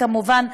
כמובן,